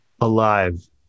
Alive